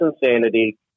insanity